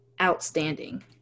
outstanding